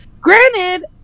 granted